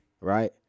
Right